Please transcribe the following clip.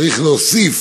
צריך להוסיף